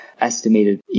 estimated